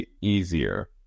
easier